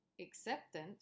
acceptance